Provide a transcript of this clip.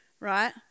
right